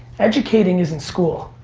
educating isn't school.